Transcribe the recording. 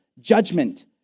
judgment